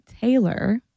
Taylor